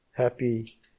Happy